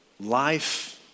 life